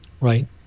Right